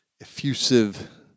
effusive